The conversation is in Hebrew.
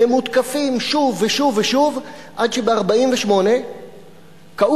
ומותקפים שוב ושוב ושוב, עד שב-1948 קאוקג'י